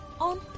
on